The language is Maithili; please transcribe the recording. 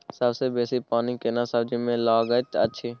सबसे बेसी पानी केना सब्जी मे लागैत अछि?